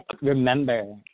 remember